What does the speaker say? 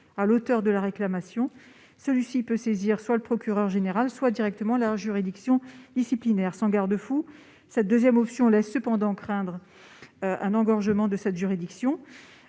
l'auteur de la réclamation peut saisir soit le procureur général soit directement la juridiction disciplinaire. Sans garde-fou, la seconde option laisse craindre un engorgement de la juridiction.